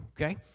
okay